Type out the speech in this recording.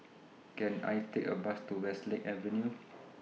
Can I Take A Bus to Westlake Avenue